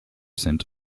sent